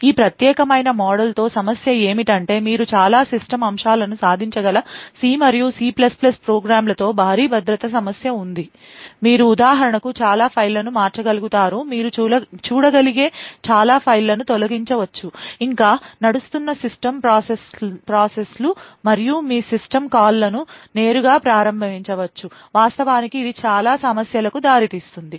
ఈ ప్రత్యేకమైన మోడల్తో సమస్య ఏమిటంటే మీరు చాలా సిస్టమ్ అంశాలను సాధించగల సి మరియు సి ప్రోగ్రామ్లతో భారీ భద్రతా సమస్య ఉంది మీరు ఉదాహరణకు చాలా ఫైళ్ళను మార్చగలుగుతారు మీరు చూడగలిగే చాలా ఫైళ్ళను తొలగించవచ్చు ఇంకా నడుస్తున్న సిస్టమ్ ప్రాసెస్లు మరియు మీరు సిస్టమ్ కాల్లను నేరుగా ప్రారంభించవచ్చు వాస్తవానికి ఇది చాలా సమస్యలకు దారితీస్తుంది